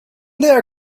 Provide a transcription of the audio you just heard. there